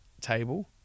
table